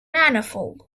manifold